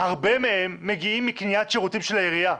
הרבה מהם מגיעים מקניית שירותים של העירייה.